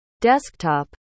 desktop